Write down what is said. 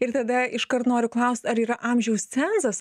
ir tada iškart noriu klaust ar yra amžiaus cenzas